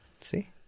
See